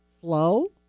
flow